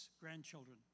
grandchildren